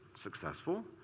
successful